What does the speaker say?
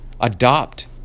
Adopt